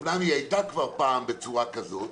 אמנם היא הייתה כבר פעם בצורה כזאת,